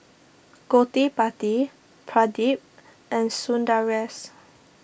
Gottipati Pradip and Sundaresh